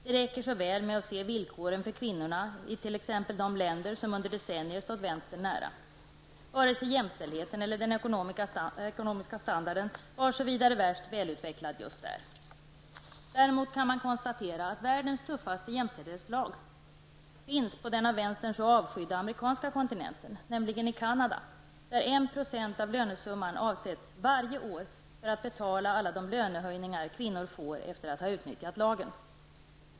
Det räcker så väl med att se villkor för kvinnorna t.ex. i de länder som under decennier stått vänstern nära. Vare sig jämställdheten eller den ekonomiska standarden var så vidare värst välutvecklad just där. Däremot kan man konstatera att världens tuffaste jämställdhetslag finns på den av vänstern så avskydda amerikanska kontinenten, nämligen i Canada, där 1 % av lönesumman varje år avsätts för att betala alla de lönehöjningar kvinnor får efter att ha utnyttjat lagen.